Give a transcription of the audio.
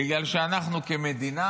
בגלל שאנחנו כמדינה,